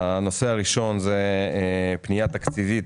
הנושא הראשון הוא פנייה תקציבית